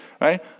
right